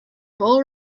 bull